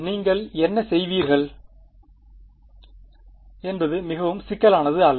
நீங்கள் என்ன செய்வீர்கள் என்பது மிகவும் சிக்கலானது அல்ல